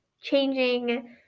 changing